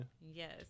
Yes